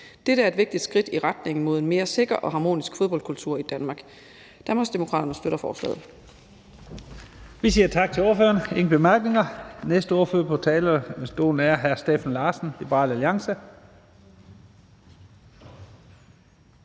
Dette er et vigtigt skridt i retning mod en mere sikker og harmonisk fodboldkultur i Danmark.